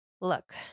look